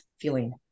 feeling